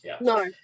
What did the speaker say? No